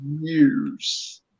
years